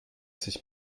sich